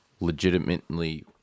legitimately